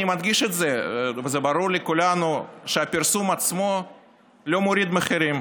אני מדגיש את זה: ברור לכולנו שהפרסום עצמו לא מוריד מחירים,